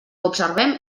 observem